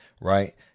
right